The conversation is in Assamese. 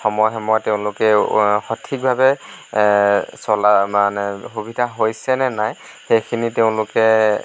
সময়ে সময়ে তেওঁলোকে সঠিকভাৱে ছলাৰ মানে সুবিধা হৈছেনে নাই সেইখিনি তেওঁলোকে